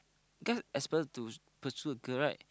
can't expect to pursuit girl right